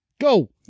Go